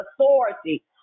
authority